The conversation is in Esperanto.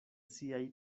siaj